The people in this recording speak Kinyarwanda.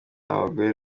abagore